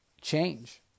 change